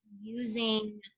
using